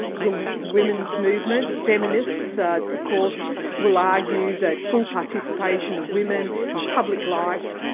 the women's movement, feminists of course will argue that full participation of women in public life,